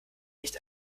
nicht